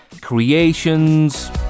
creations